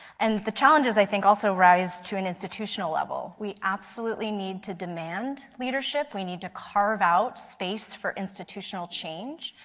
and the challenges i think also rise to an institutional level. we absolutely need to demand leadership. we need to carve out space for institutional change.